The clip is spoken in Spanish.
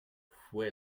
fue